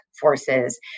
forces